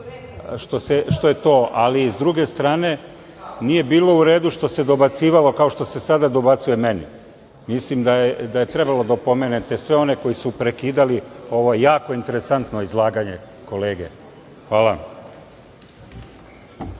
potpuno upravu. S druge strane nije bilo uredu što se dobacivalo, kao što se sada dobacuje meni. Mislim da je treba da opomenete sve one koji su prekidali ovo jako interesantno izlaganje kolege. Hvala